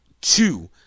two